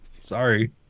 Sorry